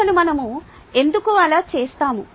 అసలు మనం ఎందుకు అలా చేసాము